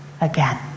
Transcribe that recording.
again